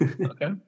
okay